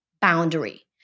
boundary